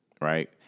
Right